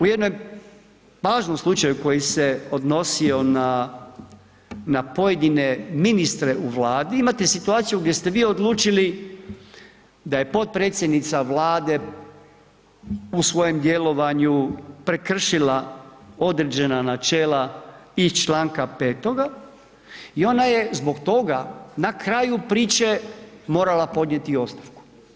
U jednoj važnoj slučaju koji se odnosio na pojedine ministre u Vladi imate situaciju gdje ste vi odlučili da je potpredsjednica Vlade u svojem djelovanju prekršila određena načela iz čl. 5. i ona je zbog toga na kraju priče morala podnijeti ostavku.